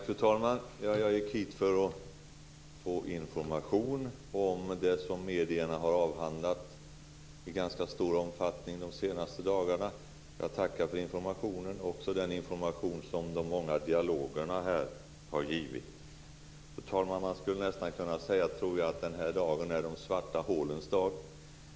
Fru talman! Jag gick hit för att få information om det som medierna har avhandlat i ganska stor omfattning de senaste dagarna. Jag tackar för informationen, också den information som de många dialogerna här har givit. Fru talman! Man skulle nästan kunna säga att den här dagen är de svarta hålens dag.